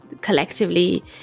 collectively